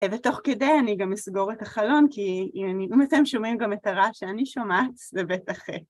ותוך כדי אני גם אסגור את החלון, כי אם אתם שומעים גם את הרעש שאני שומעת, זה בטח.